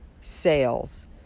sales